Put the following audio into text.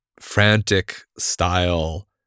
frantic-style